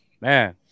Man